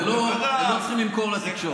הם לא צריכים למכור לתקשורת.